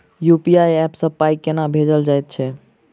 UPI app सँ पाई केना भेजल जाइत छैक?